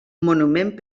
monument